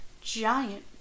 Giant